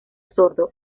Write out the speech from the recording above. sordo